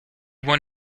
won